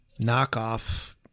knockoff